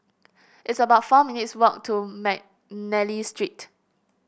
it's about four minutes' walk to McNally Street